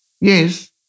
Yes